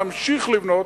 נמשיך לבנות,